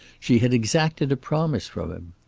she had exacted a promise from him.